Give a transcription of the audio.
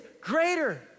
greater